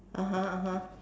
(uh huh) (uh huh)